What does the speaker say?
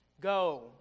Go